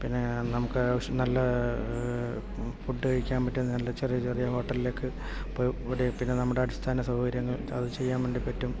പിന്നെ നമുക്ക് ആവശ്യം നല്ല ഫുഡ് കഴിക്കാൻ പറ്റിയ നല്ല ചെറിയ ചെറിയ ഹോട്ടലിലേക്ക് പിന്നെ നമ്മുടെ അടിസ്ഥാന സൗകര്യങ്ങൾ അത് ചെയ്യാൻ വേണ്ടി പറ്റും